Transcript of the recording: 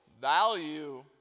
value